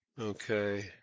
Okay